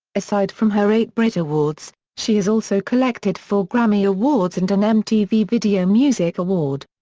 aside from her eight brit awards, she has also collected four grammy awards and an mtv video music award.